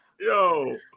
Yo